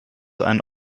einen